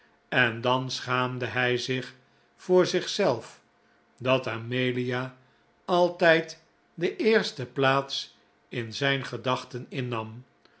en dan schaamde hij zich voor zichzelf dat amelia altijd de eerste plaats in zijn gedachten innam